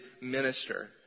minister